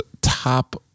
top